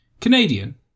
Canadian